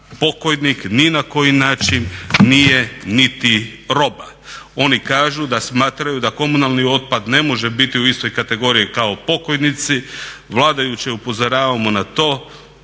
pokojnik ni na koji način nije niti roba. Oni kažu da smatraju da komunalni otpad ne može biti u istoj kategoriji kao pokojnici, vladajuće upozoravamo na to